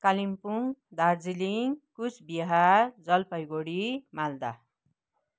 Kalimpong Darjeeling Coochbehar Jalpaiguri Malda